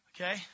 Okay